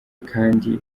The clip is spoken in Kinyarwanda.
kandi